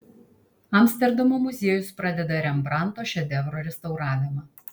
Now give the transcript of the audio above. amsterdamo muziejus pradeda rembrandto šedevro restauravimą